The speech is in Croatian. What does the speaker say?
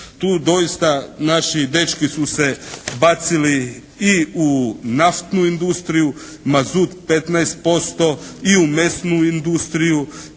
tu doista naši dečki su se bacili i u naftnu industriju mazut 15% i u mesnu industriju